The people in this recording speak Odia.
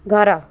ଘର